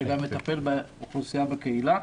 שגם מטפל באוכלוסייה בקהילה.